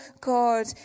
God